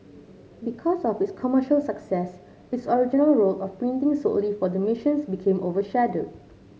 because of its commercial success its original role of printing solely for the missions became overshadowed